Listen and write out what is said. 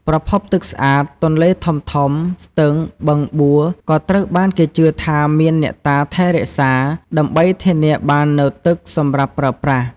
ប្រភពទឹកស្អាត ទន្លេធំៗ ស្ទឹង បឹងបួ ក៏ត្រូវបានគេជឿថាមានអ្នកតាថែរក្សា ដើម្បីធានាបាននូវទឹកសម្រាប់ប្រើប្រាស់។